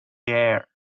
air